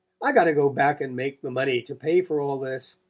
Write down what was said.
i got to go back and make the money to pay for all this.